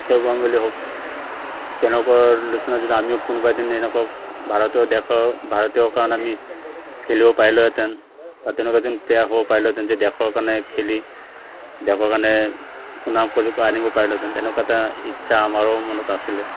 সৌৰভ গাংগুলী হওক তেনেকুৱা নিচিনা যদি আমিও কোনোবা এদিন এনেকুৱা ভাৰতীয় দেশৰ ভাৰতীয় কাৰণে আমি খেলিব পাৰিলোঁহেঁতেন বা তেনেকুৱা এজন প্লেয়াৰ হ'ব পাৰিলোহেঁতেন যে দেশৰ কাৰণে খেলি দেশৰ কাৰণে শুনাম কাৰ্য আনিব পাৰিলোঁঁহেঁতেন তেনেকুৱা এটা ইচ্ছা আমাৰো মনত আছিলে